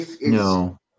No